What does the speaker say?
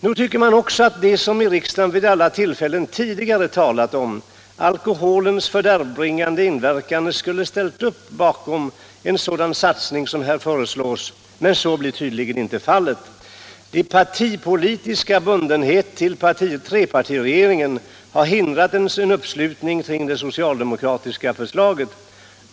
Man tycker också att de som i riksdagen vid alla tillfällen tidigare talat om alkoholens fördärvbringande inverkan skulle ha ställt upp bakom en sådan satsning som här föreslås, men så blir tydligen inte fallet. De partipolitiska banden till trepartiregeringen har hindrat en uppslutning kring det socialdemokratiska förslaget.